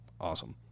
awesome